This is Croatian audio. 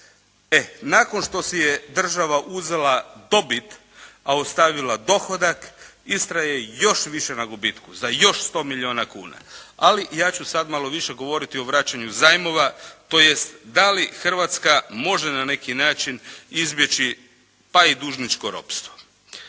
E nakon što si je država uzela dobit a ostavila dohodak Istra je još više na gubitku za još 100 milijuna kuna. Ali ja ću sad malo više govoriti o vraćanju zajmova tj. da li Hrvatska može na neki način izbjeći pa i dužničko ropstvo?